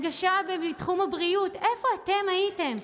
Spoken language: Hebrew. הנגשה בתחום הבריאות, איפה אתם הייתם?